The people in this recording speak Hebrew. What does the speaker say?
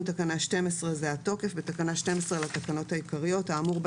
תקנה 12 זה התוקף: בתקנה 12 לתקנות העיקריות האמור בה